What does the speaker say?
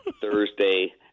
Thursday